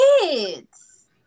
kids